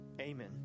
Amen